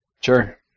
Sure